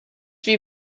wie